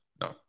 no